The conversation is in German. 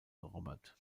robert